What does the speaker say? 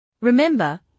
Remember